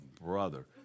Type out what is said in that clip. brother